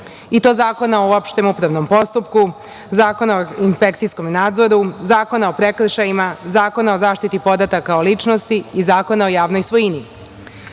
i to Zakona o opštom upravnom postupku, Zakona o inspekcijskom nadzoru, Zakona o prekršajima, Zakona o zaštiti podataka kao ličnosti i Zakona o javnoj svojini. Pored